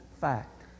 fact